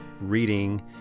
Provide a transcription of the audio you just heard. reading